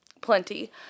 plenty